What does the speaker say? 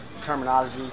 terminology